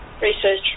research